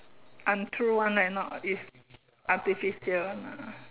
I currently I met not if I prefer that